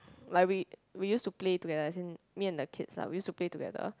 like we we used to play together as in me and the kids ah we used to play together